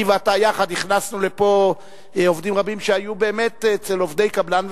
אני ואתה יחד הכנסנו הנה עובדים רבים שהיו באמת אצל עובדי קבלן,